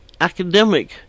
academic